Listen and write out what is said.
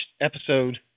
episode